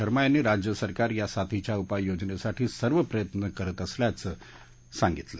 शर्मा यांनी राज्य सरकार या साथीच्या उपाययोजनस्तीठी सर्व प्रयत्न करत असल्याचं सांगितलं